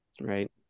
Right